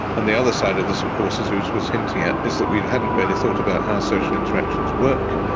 on the other side of this, of course, as uta was hinting at, is that we hadn't really thought about how social interactions work.